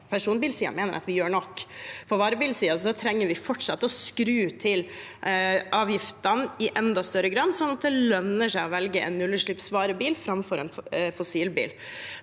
personbilsiden mener jeg at vi gjør nok. På varebilsiden trenger vi fortsatt å skru til avgiftene i enda større grad, sånn at det lønner seg å velge en nullutslippsvarebil framfor en fossilvarebil.